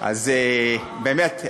אז באמת,